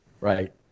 right